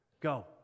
Go